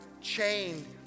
chained